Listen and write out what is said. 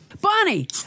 Bonnie